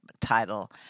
title